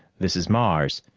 this is mars.